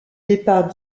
départ